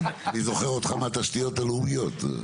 אני זוכר אותך מהתשתיות הלאומיות.